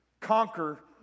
conquer